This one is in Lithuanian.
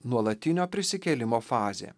nuolatinio prisikėlimo fazė